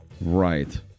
Right